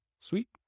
Sweet